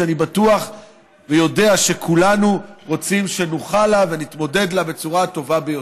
שאני בטוח ויודע שכולנו רוצים שנוכל לה ונתמודד עימה בצורה הטובה ביותר.